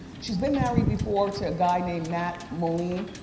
she's been married before to a guy named matt moline.